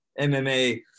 MMA